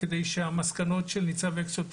כדי שהמסקנות של ניצב אקסול תצאנה.